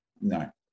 no